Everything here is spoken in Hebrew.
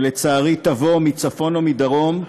שלצערי תבוא מצפון או מדרום,